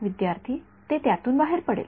विद्यार्थीः ते त्यातून बाहेर पडेल